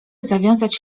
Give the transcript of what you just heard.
zawiązać